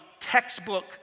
textbook